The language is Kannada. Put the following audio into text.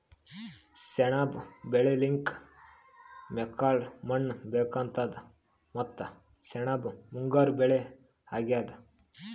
ಸೆಣಬ್ ಬೆಳಿಲಿಕ್ಕ್ ಮೆಕ್ಕಲ್ ಮಣ್ಣ್ ಬೇಕಾತದ್ ಮತ್ತ್ ಸೆಣಬ್ ಮುಂಗಾರ್ ಬೆಳಿ ಅಗ್ಯಾದ್